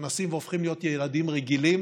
נכנסים והופכים להיות ילדים רגילים